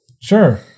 Sure